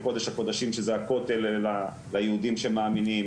בקודש הקודשים שזה הכותל ליהודים שמאמינים,